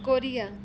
Korea